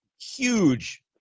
huge